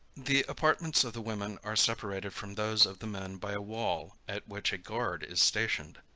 the apartments of the women are separated from those of the men by a wall at which a guard is stationed.